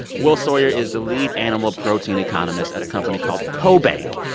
will sawyer is the lead animal protein economist at a company called cobank.